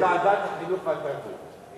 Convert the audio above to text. דיון בוועדת החינוך והתרבות.